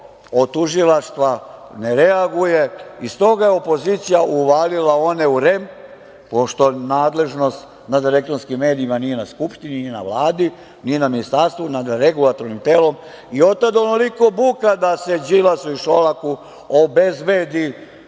od tužilaštva ne reaguje, i stoga je opozicija uvalila one u REM, pošto nadležnost nad elektronskim medijima nije na Skupštini, nije na Vladi, nije na Ministarstvu, nad regulatornim telom i otad onoliko buka da se Đilasu i Šolaku obezbedi